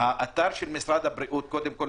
שאלתי היא: האתר של משרד הבריאות קודם כול,